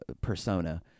persona